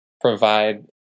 provide